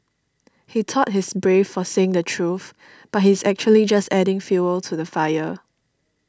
he thought he's brave for saying the truth but he's actually just adding fuel to the fire